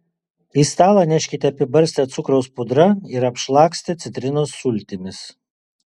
į stalą neškite apibarstę cukraus pudrą ir apšlakstę citrinos sultimis